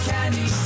Candy